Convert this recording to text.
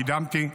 קידמתי,